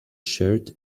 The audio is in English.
shirt